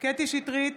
קטי קטרין שטרית,